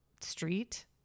street